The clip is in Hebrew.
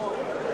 יש פה רוב.